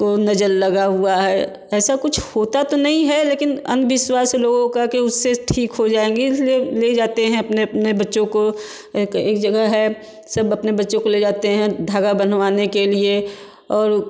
को नज़र लगी हुई है ऐसा कुछ होता तो नहीं है लेकिन अंधविश्वास लोगों का कि उससे ठीक हो जाएँगे इस लिए ले जाते हैं अपने अपने बच्चों को एक एक जगह है सब अपने बच्चों को ले जाते हैं धागा बनवाने के लिए और